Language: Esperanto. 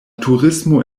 turismo